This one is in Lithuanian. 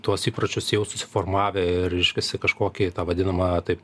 tuos įpročius jau susiformavę ir reiškiasi kažkokį tą vadinamą taip